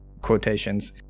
quotations